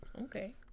Okay